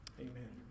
Amen